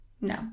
No